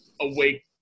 awake